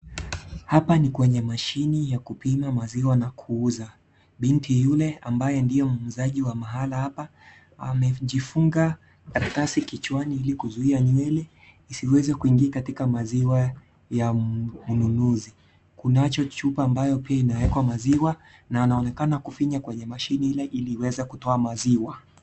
Kwenye mashine ya kupimia maziwa na kuuza, binti yule ambaye ndia muuzaji wa mahala hapa, hame jifunga karatasi kichwani ili kuzui nywele, isiweza kuingi katika maziwa ya mnunuzi. Kuna chupa ambayo pia inaekwa maziwa, na anaonekana kufinya kwenye mashine ila iliweza kutoa maziwa.